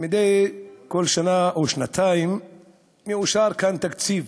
מדי כל שנה או שנתיים מאושר כאן תקציב,